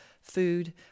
food